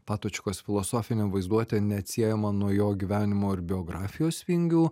patočkos filosofinė vaizduotė neatsiejama nuo jo gyvenimo ir biografijos vingių